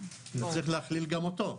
נצטרך להכליל גם אותו.